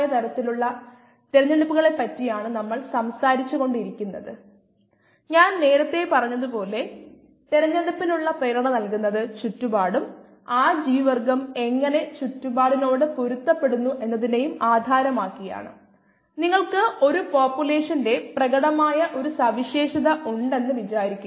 അതിനാൽ ക്ലാസ്സിൽ നമ്മൾ കണ്ടതുപോലെ പ്രായോഗിക കോശങ്ങളുടെ സാന്ദ്രതയുടെ രേഖയുടെ രേഖീയ ആശ്രിതത്വം നമുക്ക് അനുമാനിക്കാം ക്ഷമിക്കണം പ്രഭാഷണം